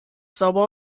sauber